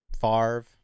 Favre